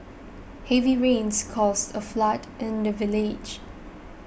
heavy rains caused a flood in the village